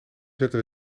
zetten